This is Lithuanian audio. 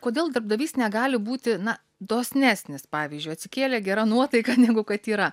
kodėl darbdavys negali būti na dosnesnis pavyzdžiui atsikėlė gera nuotaika negu kad yra